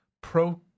Pro